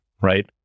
right